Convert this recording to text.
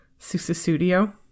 Sususudio